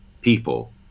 people